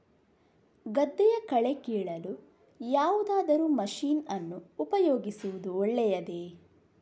ಗದ್ದೆಯ ಕಳೆ ಕೀಳಲು ಯಾವುದಾದರೂ ಮಷೀನ್ ಅನ್ನು ಉಪಯೋಗಿಸುವುದು ಒಳ್ಳೆಯದೇ?